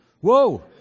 Whoa